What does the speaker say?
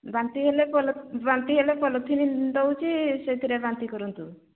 ବାନ୍ତି ହେଲେ ବାନ୍ତି ହେଲେ ପଲିଥିନ୍ ଦେଉଛି ସେଇଥିରେ ବାନ୍ତି କରନ୍ତୁ